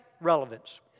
relevance